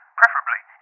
preferably